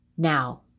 Now